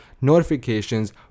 notifications